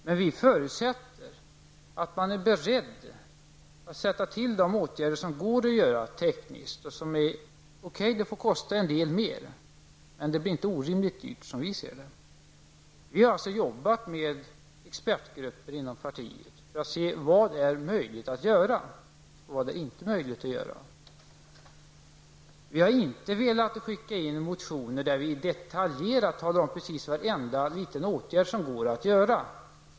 Men vi förutsätter att man är beredd att sätta till de åtgärder som tekniskt går att vidta. Det får kosta en del, men det blir inte orimligt dyrt, som vi ser det. Vi har jobbat med expertgrupper inom partiet för att se vad som är möjligt att göra och vad som inte är möjligt att göra. Vi har inte velat skicka in motioner där vi detaljerat talar om precis varenda liten åtgärd som går att vidta.